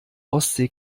ostsee